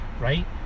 right